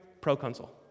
proconsul